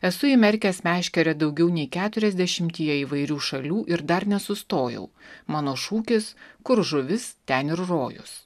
esu įmerkęs meškerę daugiau nei keturiasdešimtyje įvairių šalių ir dar nesustojau mano šūkis kur žuvis ten ir rojus